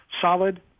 solid